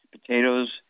potatoes